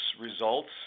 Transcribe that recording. results